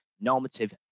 normative